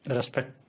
Respect